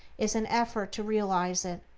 is an effort to realize it.